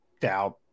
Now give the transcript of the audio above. doubt